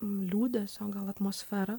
liūdesio gal atmosferą